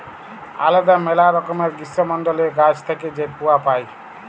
আলেদা ম্যালা রকমের গীষ্মমল্ডলীয় গাহাচ থ্যাইকে যে কূয়া পাই